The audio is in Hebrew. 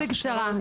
בקצרה.